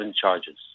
charges